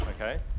okay